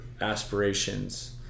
aspirations